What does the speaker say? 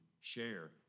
share